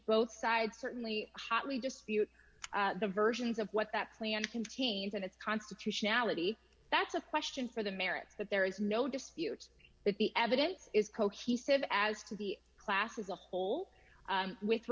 both sides certainly hotly dispute the versions of what that plan can teams and its constitutionality that's a question for the merits but there is no dispute that the evidence is cohesive as to the class as a whole with